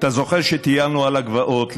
אתה זוכר שטיילנו על הגבעות.